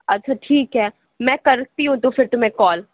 اچھا ٹھیک ہے میں کرتی ہوں تو پھر تمہیں کال